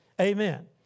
Amen